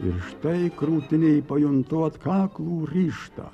ir štai krūtinėj pajuntu atkaklų ryžtą